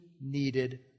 needed